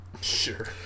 Sure